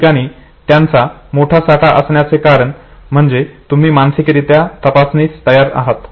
याठिकाणी यांचा मोठा साठा असण्याचे कारण म्हणजे तुम्ही मानसिकरित्या तपासनीस तयार आहात